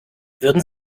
würden